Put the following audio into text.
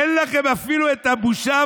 אין לכם אפילו את הבושה,